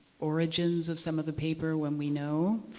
origins of some of the paper when we know